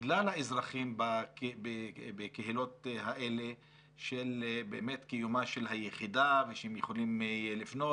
כלל האזרחים בקהילות האלה על קיומה של היחידה ושהם יכולים לפנות.